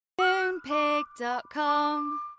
Moonpig.com